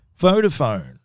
Vodafone